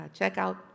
checkout